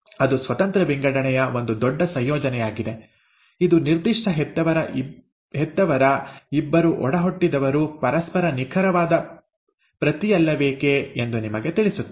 ಅದು ಸ್ವತಂತ್ರ ವಿಂಗಡಣೆಯ ಒಂದು ದೊಡ್ಡ ಸಂಯೋಜನೆಯಾಗಿದೆ ಇದು ನಿರ್ದಿಷ್ಟ ಹೆತ್ತವರ ಇಬ್ಬರು ಒಡಹುಟ್ಟಿದವರು ಪರಸ್ಪರ ನಿಖರವಾದ ಪ್ರತಿಯಲ್ಲವೇಕೆ ಎಂದು ನಿಮಗೆ ತಿಳಿಸುತ್ತದೆ